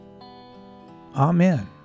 Amen